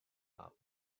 out